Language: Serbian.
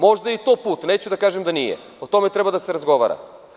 Možda je i to put, neću da kažem da nije, o tome treba da se razgovara.